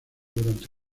durante